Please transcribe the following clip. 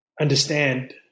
understand